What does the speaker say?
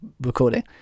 recording